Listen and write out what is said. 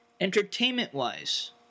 entertainment-wise